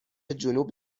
جنوب